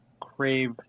crave